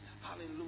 Hallelujah